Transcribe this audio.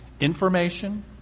information